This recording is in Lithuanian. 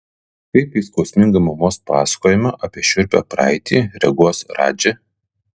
kaip į skausmingą mamos pasakojimą apie šiurpią praeitį reaguos radži